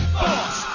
boss